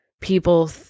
people